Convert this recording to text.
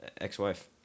ex-wife